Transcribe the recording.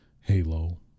halo